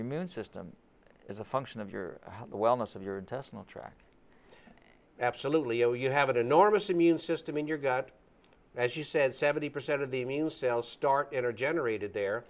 immune system as a function of your wellness of your test will track absolutely zero you have an enormous immune system in your gut as you said seventy percent of the mean cells start in are generated there